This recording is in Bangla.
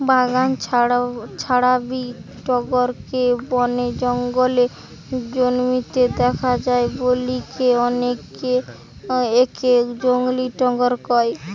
বাগান ছাড়াবি টগরকে বনে জঙ্গলে জন্মিতে দেখা যায় বলিকি অনেকে একে জংলী টগর কয়